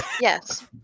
Yes